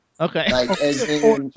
Okay